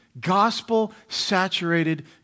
Gospel-saturated